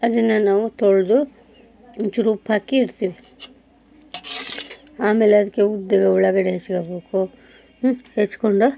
ಅದನ್ನು ನಾವು ತೊಳೆದು ಒಂಚೂರು ಉಪ್ಪಾಕಿ ಇಡ್ತೀವಿ ಆಮೇಲೆ ಅದಕ್ಕೆ ಉದ್ದದ ಉಳ್ಳಾಗಡ್ಡಿ ಹೆಚ್ಕೊಳ್ಬೇಕು ಹೆಚ್ಕೊಂಡು